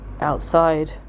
outside